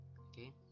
Okay